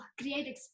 create